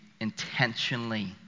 intentionally